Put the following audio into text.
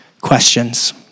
questions